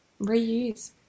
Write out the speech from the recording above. reuse